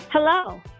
Hello